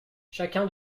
chacun